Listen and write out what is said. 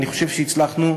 אני חושב שהצלחנו,